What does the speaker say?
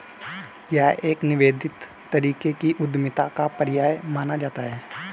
यह एक निवेदित तरीके की उद्यमिता का पर्याय माना जाता रहा है